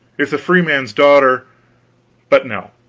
if the freeman's daughter but no,